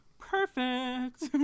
perfect